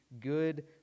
good